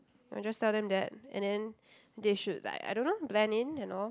I just tell them that and then they should like I don't know blend in and all